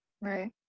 right